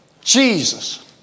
Jesus